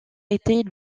était